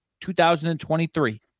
2023